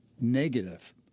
negative